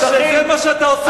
שטחי, תתבייש על מה שאתה עושה.